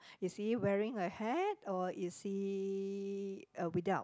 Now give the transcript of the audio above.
is he wearing a hat or is he uh without